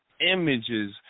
images